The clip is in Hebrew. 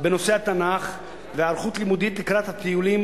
בנושא התנ"ך והיערכות לימודית לקראת הטיולים